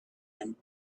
him